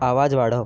आवाज वाढव